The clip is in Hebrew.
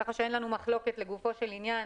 כך שאין לנו מחלוקת לגופו של עניין